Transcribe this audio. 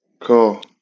Cool